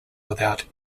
without